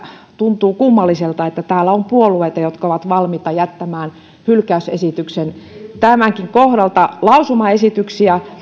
tuntuu kummalliselta että täällä on puolueita jotka ovat valmiita jättämään hylkäysesityksen tämänkin kohdalta lausumaesityksiä